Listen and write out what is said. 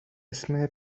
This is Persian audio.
اسم